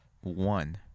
one